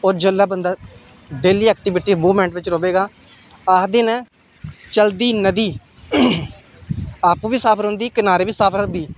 होर जिसले बंदा डेली ऐक्टीविटी मूवमेंट बिच्च रवे गा आखदे न चलदी नदी आपूं बी साफ रौंह्दी ऐ किनारे बी साफ रखदी ऐ